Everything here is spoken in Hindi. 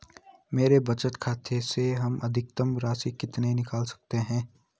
मेरे बचत खाते से हम अधिकतम राशि कितनी निकाल सकते हैं?